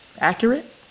accurate